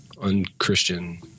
unchristian